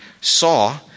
saw